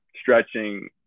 stretching